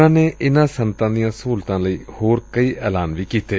ਉਨ੍ਹਾਂ ਨੇ ਇਨ੍ਹਾਂ ਸੱਨਅਤਾਂ ਦੀ ਸਹੁਲਤਾਂ ਲਈ ਹੋਰ ਕਈ ਐਲਾਨ ਵੀ ਕੀਤੈ